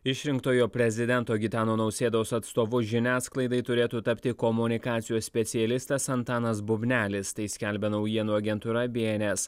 išrinktojo prezidento gitano nausėdos atstovu žiniasklaidai turėtų tapti komunikacijos specialistas antanas bubnelis tai skelbia naujienų agentūra bns